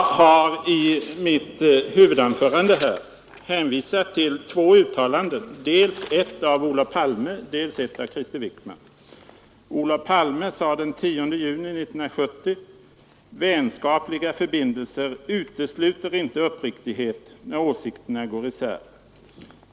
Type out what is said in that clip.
Jag har i mitt huvudanförande hänvisat till två uttalanden — dels ett av Olof Palme, dels ett av Krister Wickman. Olof Palme sade den 10 juni 1970: Vänskapliga förbindelser utesluter inte uppriktighet när åsikterna går isär.